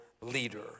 leader